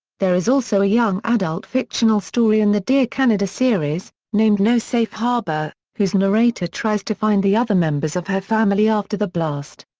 there is also a young adult fictional story in the dear canada series, named no safe harbour, whose narrator tries to find the other members of her family after the blast.